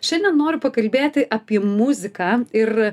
šiandien noriu pakalbėti apie muziką ir